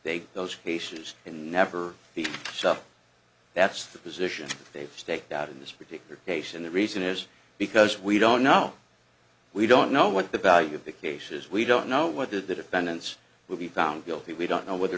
get those cases and never the stuff that's the position they've staked out in this particular case and the reason is because we don't know we don't know what the value of the cases we don't know what did the defendants will be found guilty we don't know whether